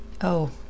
Oh